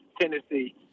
Tennessee